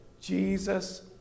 Jesus